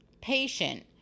patient